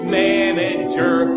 manager